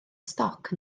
stoc